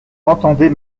entendez